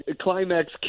climax